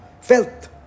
felt